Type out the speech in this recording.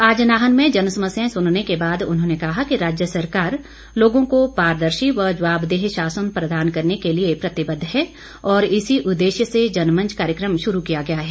आज नाहन में जन समस्याएं सुनने के बाद उन्होंने कहा कि राज्य सरकार लोगों को पारदर्शी व जवाबदेह शासन प्रदान करने के लिए प्रतिबद्ध है और इसी उद्देश्य से जनमंच कार्यक्रम शुरू किया गया है